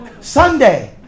Sunday